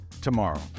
tomorrow